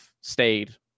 stayed